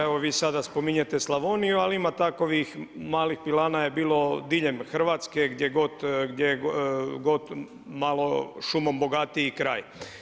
Evo vi sada spominjete Slavoniju, ali ima takovih malih pilana je bilo diljem Hrvatske gdje god malo šumom bogatiji kraj.